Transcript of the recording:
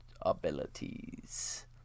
abilities